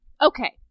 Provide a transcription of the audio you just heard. okay